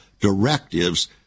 directives